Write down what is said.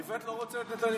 איווט לא רוצה את נתניהו.